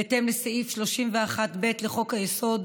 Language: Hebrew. בהתאם לסעיף 31(ב) לחוק-יסוד: